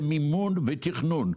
מימון ותכנון.